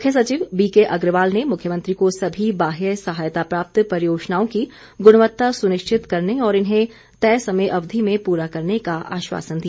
मुख्य सचिव बीके अग्रवाल ने मुख्यमंत्री को सभी बाहय सहायता प्राप्त परियोजनाओं की गुणवत्ता सुनिश्चित करने और इन्हें तय समय अवधि में पूरा करने का आश्वासन दिया